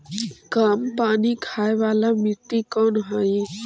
कम पानी खाय वाला मिट्टी कौन हइ?